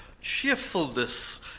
cheerfulness